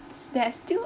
s~ there is still